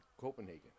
Copenhagen